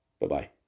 bye-bye